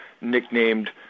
nicknamed